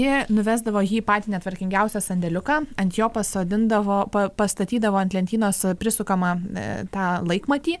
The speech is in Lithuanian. ji nuvesdavo jį į patį netvarkingiausią sandėliuką ant jo pasodindavo pastatydavo ant lentynos prisukamą tą laikmatį